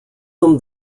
them